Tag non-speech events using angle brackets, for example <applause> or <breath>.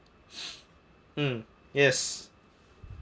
<breath> mm yes